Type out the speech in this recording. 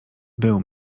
był